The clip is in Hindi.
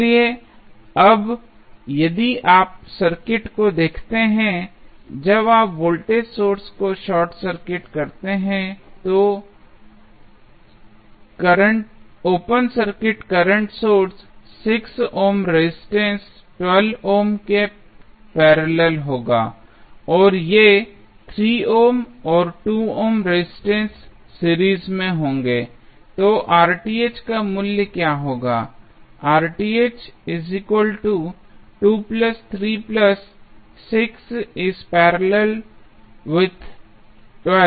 इसलिए अब यदि आप सर्किट को देखते हैं जब आप वोल्टेज सोर्स को शॉर्ट सर्किट करते हैं तो open circuit current source 6 ohm resistance 12 ohm के पैरेलल होगा और ये 3 ओम और 2 ओम रेजिस्टेंस सीरीज में होंगे